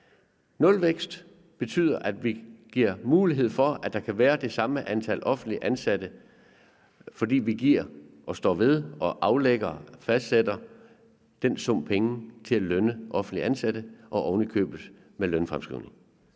Nulvækst betyder, at vi giver mulighed for, at der kan være det samme antal offentligt ansatte, fordi vi giver og står ved og fastsætter den sum penge til at lønne offentligt ansatte og ovenikøbet med lønfremskrivning.